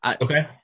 Okay